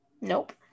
Nope